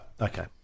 Okay